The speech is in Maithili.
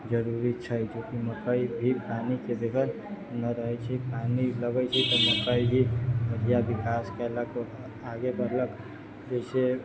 जरूरी छै जेकी मकइ भी पानि के बगैर न रहै छै पानि लगै छै तऽ मकइ भी बढ़िऑं विकास कयलक आगे बढ़लक जैसे